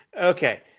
Okay